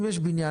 אם יש בניין